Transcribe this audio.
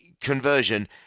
conversion